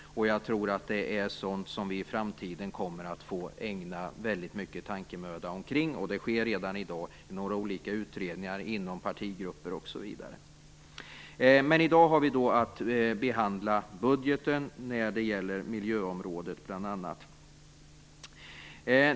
Jag tror att det är sådant som vi i framtiden kommer att få ägna väldigt mycket tankemöda åt. Det sker redan i dag i några utredningar inom partigrupper, osv. I dag har vi att behandla budgeten bl.a. när det gäller miljöområdet.